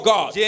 God